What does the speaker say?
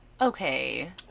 Okay